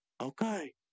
Okay